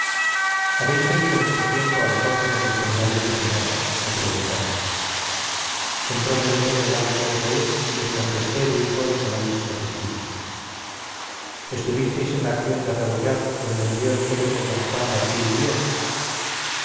habéis servido mucho tiempo a las órdenes del general empecinado me preguntaron entrome de nuevo el ansia de reír y les contesté de un modo que no les satisfizo estuvisteis en la acción de rebollar donde murió el célebre d juan martín díez